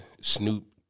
Snoop